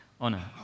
honor